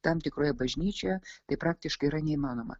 tam tikroje bažnyčioje tai praktiškai yra neįmanoma